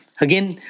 Again